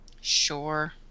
Sure